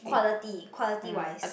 quality quality wise